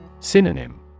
Synonym